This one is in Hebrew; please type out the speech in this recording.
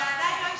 זה עדיין לא,